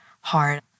hard